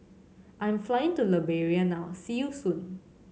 I'm flying to Liberia now see you soon